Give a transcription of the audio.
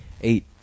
eight